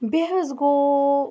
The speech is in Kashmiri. بیٚیہِ حظ گوٚو